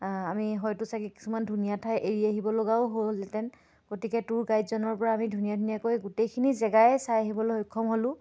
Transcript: আমি হয়তো ছাগৈ কিছুমান ধুনীয়া ঠাই এৰি আহিব লগাও হ'লহেঁতেন গতিকে টুৰ গাইডজনৰ পৰা আমি ধুনীয়া ধুনীয়াকৈ গোটেইখিনি জেগাই চাই আহিবলৈ সক্ষম হ'লোঁ